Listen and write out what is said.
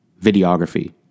videography